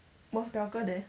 was 表哥 there